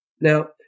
Now